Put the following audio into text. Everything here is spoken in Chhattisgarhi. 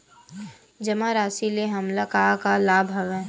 जमा राशि ले हमला का का लाभ हवय?